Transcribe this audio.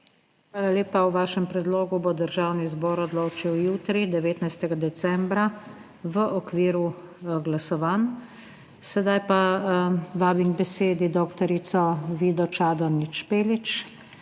Hvala lepa. O vašem predlogu bo Državni zbor odločil jutri, 19. decembra, v okviru glasovanj. Sedaj pa vabim k besedi dr. Vido Čadonič Špelič.